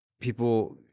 people